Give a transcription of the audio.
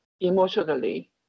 emotionally